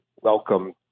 welcome